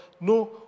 no